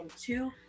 two